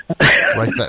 right